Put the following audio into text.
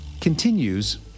continues